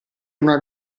una